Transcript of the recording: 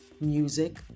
music